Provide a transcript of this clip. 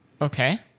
Okay